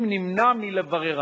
אם נמנע מלבררם".